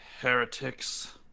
Heretics